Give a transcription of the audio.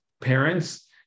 parents